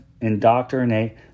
indoctrinate